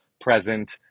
present